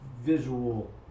visual